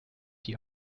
die